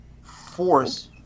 force